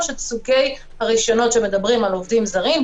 את סוגי הרישיונות שמדברים על עובדים זרים.